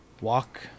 walk